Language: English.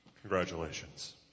Congratulations